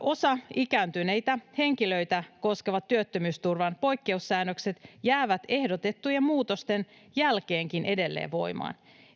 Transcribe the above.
osa ikääntyneitä henkilöitä koskevista työttömyysturvan poikkeussäännöksistä jää ehdotettujen muutosten jälkeenkin edelleen voimaan.